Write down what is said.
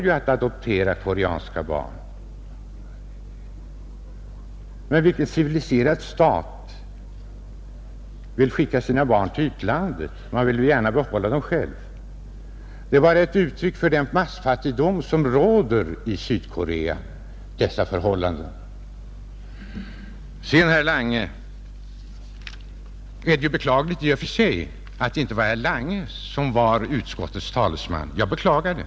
Det går att adoptera koreanska barn, Men vilken civiliserad stat vill skicka sina barn till utlandet? De flesta länder vill gärna behålla sina barn själva. Det är bara ett uttryck för den massfattigdom som råder i Sydkorea. Sedan, herr Lange, är det beklagligt i och för sig att inte herr Lange var utskottets talesman, Jag beklagar det.